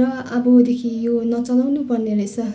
र अबदेखि यो नचलाउनु पर्ने रहेछ